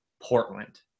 portland